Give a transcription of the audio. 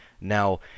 Now